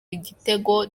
igitego